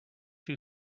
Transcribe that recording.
too